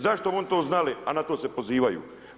Zašto bi oni to znali a na to se pozivaju?